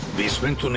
basement.